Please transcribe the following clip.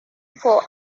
for